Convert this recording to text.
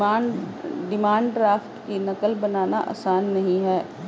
demand draft की नक़ल बनाना आसान नहीं है